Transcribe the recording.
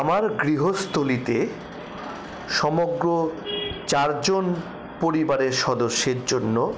আমার গৃহস্থলিতে সমগ্র চারজন পরিবারের সদস্যের জন্য